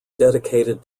dedicated